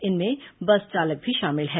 इनमें बस चालक भी शामिल है